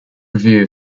review